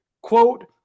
quote